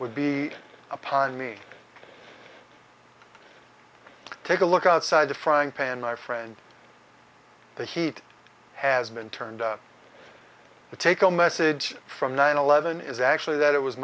would be upon me take a look outside the frying pan my friend the heat has been turned to take a message from nine eleven is actually that it was